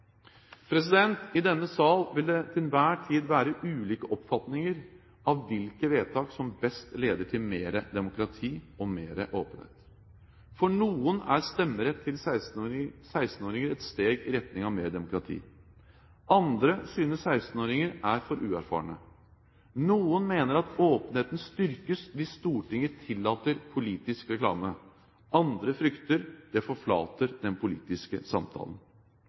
I denne sal vil det til enhver tid være ulike oppfatninger av hvilke vedtak som best leder til mer demokrati og mer åpenhet. For noen er stemmerett til 16-åringer et steg i retning av mer demokrati. Andre synes 16-åringer er for uerfarne. Noen mener åpenheten styrkes hvis Stortinget tillater politisk reklame. Andre frykter det forflater den politiske samtalen.